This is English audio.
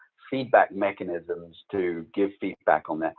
feedback mechanisms to give feedback on that,